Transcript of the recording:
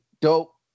dope